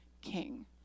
king